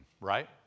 right